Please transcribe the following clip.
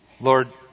Lord